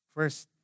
First